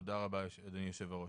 תודה רבה, יושב הראש.